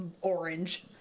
Orange